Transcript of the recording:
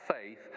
faith